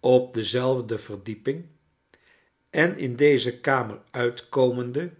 op dezelfde verdieping en in deze kamer uitkomende